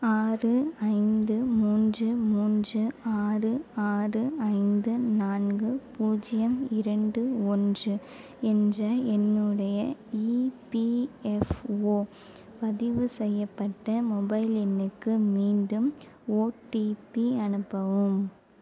ஆறு ஐந்து மூன்று மூன்று ஆறு ஆறு ஐந்து நான்கு பூஜ்ஜியம் இரண்டு ஒன்று என்ற என்னுடைய இபிஎஃப்ஓ பதிவு செய்யப்பட்ட மொபைல் எண்ணுக்கு மீண்டும் ஓடிபி அனுப்பவும்